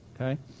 Okay